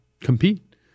compete